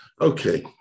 Okay